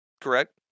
Correct